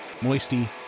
Moisty